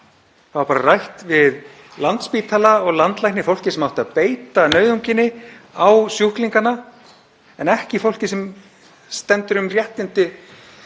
Það var bara rætt við Landspítala og landlækni, fólkið sem átti að beita nauðunginni á sjúklingana en ekki fólkið sem stendur vörð um réttindi